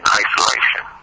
isolation